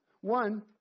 One